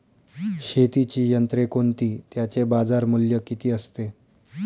शेतीची यंत्रे कोणती? त्याचे बाजारमूल्य किती असते?